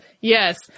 Yes